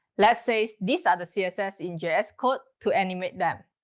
let's say these are the css in js code to animate them.